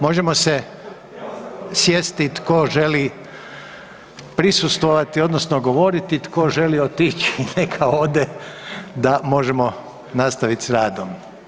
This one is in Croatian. Možemo se sjesti tko želi prisustvovati odnosno govoriti, tko želi otići neka ode da možemo nastavit s radom.